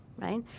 right